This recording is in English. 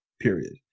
period